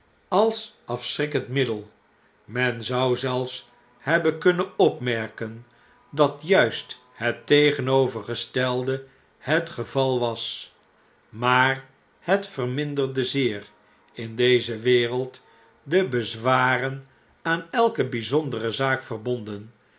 als afschrikkend middel men zou zelfs hebben kunnen opvijp jaren later merken dat juist het tegenovergestelcle het geval was niaar het verminderde zeer in deze wereld de bezwaren aan elke bjjzondere zaak verbonden